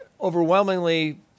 overwhelmingly